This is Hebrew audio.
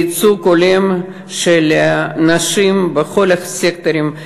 לייצוג הולם של נשים בכל הסקטורים,